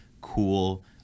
cool